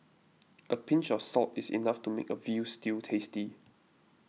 a pinch of salt is enough to make a Veal Stew tasty